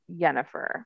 yennefer